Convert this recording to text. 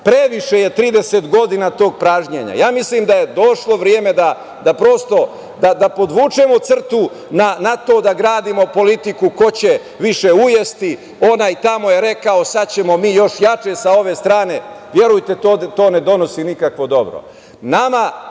previše je 30 godina tog pražnjenja. Mislim da je došlo vreme da prosto, da podvučemo crtu na to da gradimo politiku ko će više ujesti, onaj tamo je rekao - sad ćemo mi još jače sa ove strane, verujte to ne donosi nikakvo dobro. Nama